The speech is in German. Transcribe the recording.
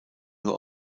nur